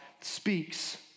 speaks